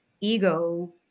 ego